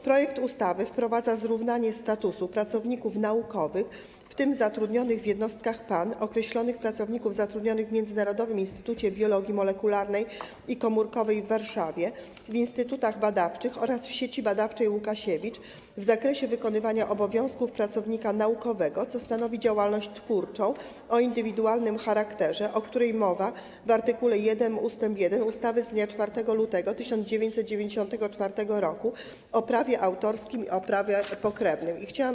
Projekt ustawy wprowadza zrównanie statusu pracowników naukowych, w tym zatrudnionych w jednostkach PAN, określonych pracowników zatrudnionych w Międzynarodowym Instytucie Biologii Molekularnej i Komórkowej w Warszawie, w instytutach badawczych oraz w Sieci Badawczej Łukasiewicz w zakresie wykonywania obowiązków pracownika naukowego, co stanowi działalność twórczą o indywidualnym charakterze, o której mowa w art. 1 ust. 1 ustawy z dnia 4 lutego 1994 r. o prawie autorskim i prawach pokrewnych.